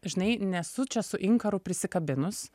žinai nesu čia su inkaru prisikabinus